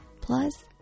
plus